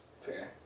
Fair